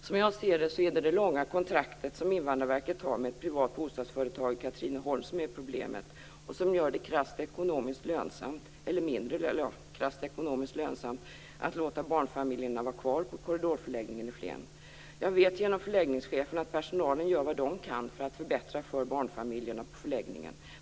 Som jag ser det är det det långa kontraktet som Invandrarverket har med ett privat bostadsföretag i Katrineholm som är problemet och som gör det krasst ekonomiskt lönsamt att låta barnfamiljerna vara kvar på korridorförläggningen i Flen. Jag vet genom förläggningschefen att personalen gör vad den kan för att förbättra för barnfamiljerna på förläggningen.